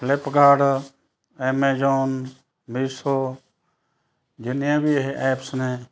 Flipkart Amazon Meesho ਜਿੰਨੀਆਂ ਵੀ ਇਹ ਐਪਸ ਨੇ